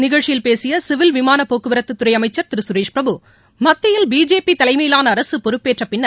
நிகழ்ச்சியில் பேசிய சிவில் விமான போக்குவரத்துறை அமைச்சர் திரு சுரேஷ் பிரபு மத்தியில் பிஜேபி தலைமையிலான அரசு பொறுப்பேற்ற பின்னர்